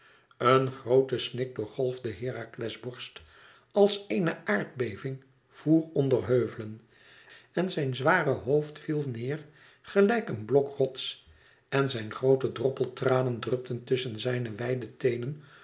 een groote snik doorgolfde herakles borst of eene aardbeving voer onder heuvelen en zijn zware hoofd viel neêr gelijk een blok rots en zijn groote droppeltranen drupten tusschen zijne wijde teenen